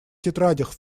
тетрадях